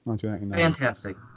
Fantastic